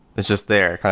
it's just there,